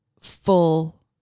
full